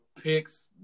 picks